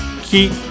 keep